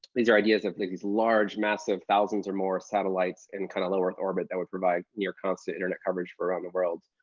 these are ideas of like these large, massive, thousands or more of satellites in kind of low earth orbit that would provide near-constant internet coverage around the world.